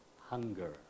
hunger